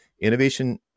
Innovation